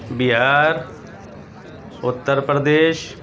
Bihar Uttar Pradesh